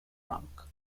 rank